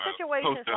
situations